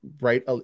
Right